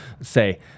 say